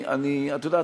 את יודעת,